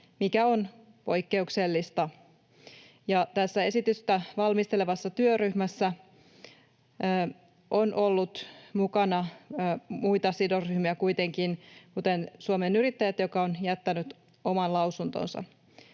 mikä on poikkeuksellista. Tässä esitystä valmistelevassa työryhmässä on kuitenkin ollut mukana muita sidosryhmiä, kuten Suomen Yrittäjät, joka on jättänyt oman lausuntonsa.